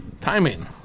Timing